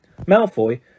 Malfoy